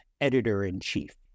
Editor-in-Chief